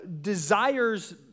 desires